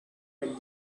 met